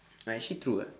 ya actually true ah